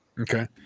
Okay